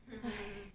!hais!